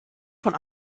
von